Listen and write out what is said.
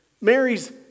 Mary's